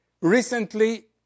Recently